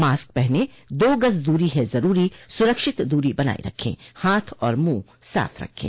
mask पहनें दो गज़ दूरी है ज़रूरी सुरक्षित दूरी बनाए रखें हाथ और मुंह साफ़ रखें